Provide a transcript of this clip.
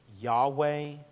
Yahweh